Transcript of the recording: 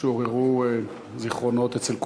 שעוררו זיכרונות אצל כולנו.